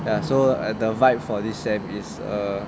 ya so at the vibe for this sem is err